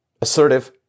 assertive